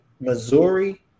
Missouri